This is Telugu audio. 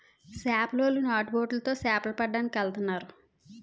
చేపలోలు నాటు బొట్లు తో చేపల ను పట్టడానికి ఎల్తన్నారు